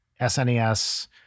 SNES